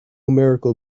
miracle